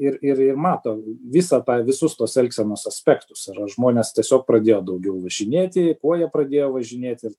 ir ir ir mato visą tą visus tuos elgsenos aspektus ar žmonės tiesiog pradėjo daugiau važinėti kuo jie pradėjo važinėti ir